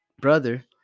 brother